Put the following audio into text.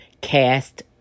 cast